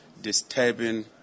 disturbing